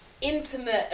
Intimate